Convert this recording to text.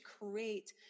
create